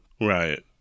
Right